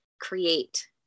create